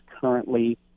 currently